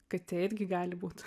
katė irgi gali būt